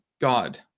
God